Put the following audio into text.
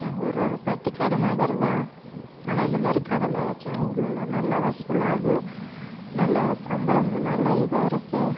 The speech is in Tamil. எங்கூரில் ஒரு பட்டிக்காடு மாதிரி தான் ஆனால் இந்த மாதிரி கடைலாம் வச்சால் ஊர்லெலாம் நல்லா வசூல் ஆகும் நல்லா சம்பளமும் நல்லா இதாக இருக்குது